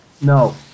no